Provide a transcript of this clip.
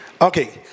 okay